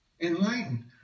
enlightened